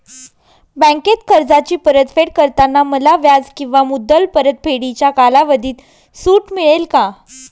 बँकेत कर्जाची परतफेड करताना मला व्याज किंवा मुद्दल परतफेडीच्या कालावधीत सूट मिळेल का?